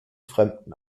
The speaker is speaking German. fremden